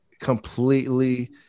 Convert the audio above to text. completely